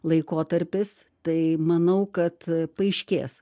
laikotarpis tai manau kad paaiškės